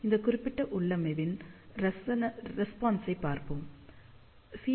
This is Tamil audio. இந்த குறிப்பிட்ட உள்ளமைவின் ரெஸ்பான்ஸைப் பார்ப்போம்